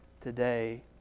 today